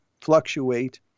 fluctuate